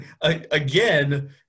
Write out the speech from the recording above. again